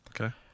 Okay